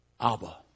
Abba